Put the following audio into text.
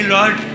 Lord